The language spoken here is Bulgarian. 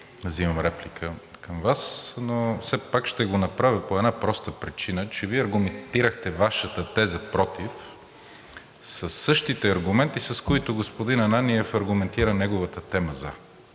взимам реплика към Вас, но все пак ще го направя по една проста причина, че Вие аргументирахте Вашата теза „против“ със същите аргументи, с които господин Ананиев аргументира неговата теза „за“.